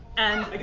and like